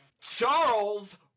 Charles